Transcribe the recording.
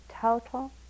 total